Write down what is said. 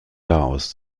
garaus